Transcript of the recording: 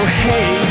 hey